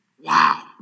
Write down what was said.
Wow